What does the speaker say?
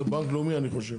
זה בנק לאומי אני חוב.